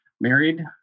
married